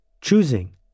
choosing